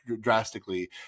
drastically